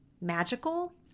magical